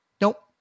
Nope